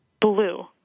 blue